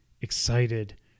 excited